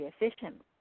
efficient